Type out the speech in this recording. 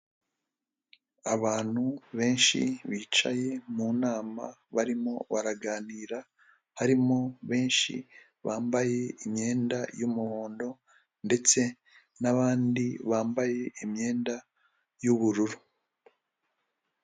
Abantu benshi bicaye mu nama barimo baraganira, harimo benshi bambaye imyenda y'umuhondo ndetse n'abandi bambaye imyenda y'ubururu.